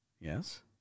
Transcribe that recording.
yes